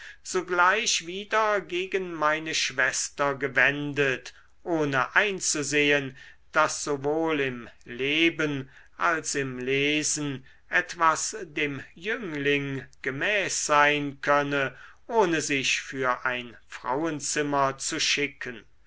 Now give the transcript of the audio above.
sogleich wieder gegen meine schwester gewendet ohne einzusehen daß sowohl im leben als im lesen etwas dem jüngling gemäß sein könne ohne sich für ein frauenzimmer zu schicken